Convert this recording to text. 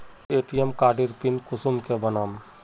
ATM कार्डेर PIN कुंसम के बनाम?